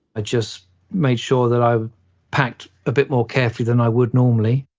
i just made sure that i packed a bit more carefully than i would normally